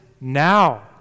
now